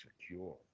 secure